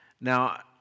Now